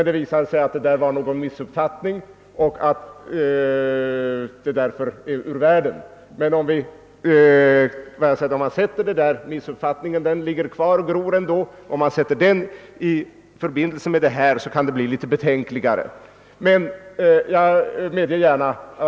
Det visade sig sedan att det var någon missuppfattning, och därmed borde saken vara ur världen, men missuppfattningen ligger kvar och gror. Om den sätts i förbindelse med denna sak, kan det bli rätt betänkligt.